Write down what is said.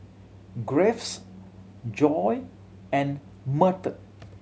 Graves Joye and Merton